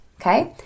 Okay